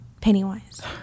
Pennywise